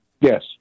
Yes